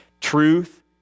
Truth